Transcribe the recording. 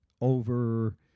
over